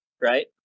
right